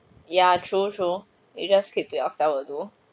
ya true true you just keep to yourselves will do